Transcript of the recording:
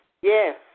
Yes